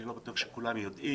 שאני לא בטוח שכולם יודעים.